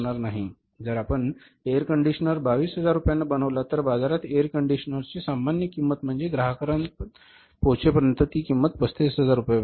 उदाहरणार्थ जर आपण एअर कंडिशनर 22000 रुपयांना बनवला तर बाजारात एअर कंडिशनरची सामान्य किंमत म्हणजेच ग्राहकांपर्यंत पोहचेपर्यंत ती किंमत 35000 रुपये बनते